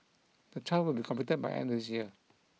the trial will be completed by the end of this year